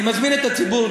אני מזמין את הציבור,